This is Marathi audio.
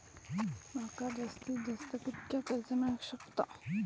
माका जास्तीत जास्त कितक्या कर्ज मेलाक शकता?